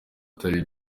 atari